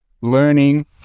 learning